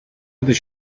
other